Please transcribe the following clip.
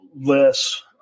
less